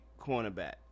cornerback